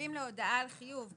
מקבילים להודעה על חיוב.